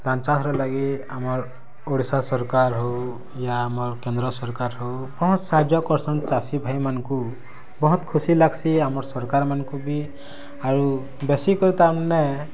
ଧାନ୍ ଚାଷ୍ ର ଲାଗି ଆମର୍ ଓଡ଼ିଶା ସରକାର୍ ହଉ ୟା ଆମର୍ କେନ୍ଦ୍ର ସରକାର ହଉ ବହୁତ୍ ସାହାଯ୍ୟ କରସନ୍ ଚାଷୀ ଭାଇ ମାନଙ୍କୁ ବହୁତ୍ ଖୁସି ଲାଗ୍ସି ଆମର୍ ସରକାର୍ ମାନଙ୍କୁ ବି ଆଉ ବେଶୀ କରି ତାର୍ମାନେ